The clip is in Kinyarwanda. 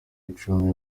icumi